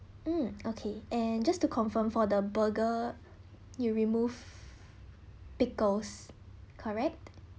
mm okay and just to confirm for the burger you remove pickles correct